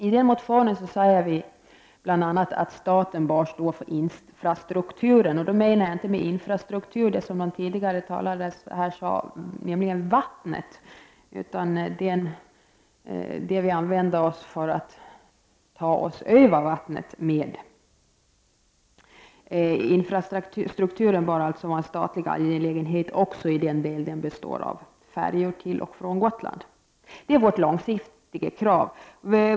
I motionen säger vi bl.a. att staten bör stå för infrastrukturen. Då menar jag inte den infrastruktur som tidigare talare här har nämnt, nämligen vattnet, utan det vi använder oss av för att ta oss över vattnet med. Infrastrukturen bör vara en statlig angelägenhet också i den del som består i färjor till och från Gotland. Det är vårt långsiktiga krav.